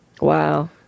Wow